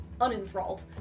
unenthralled